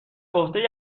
عهده